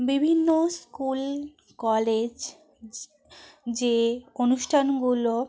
বিভিন্ন school college যে অনুষ্ঠানগুলো